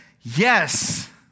Yes